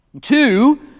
Two